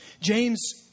James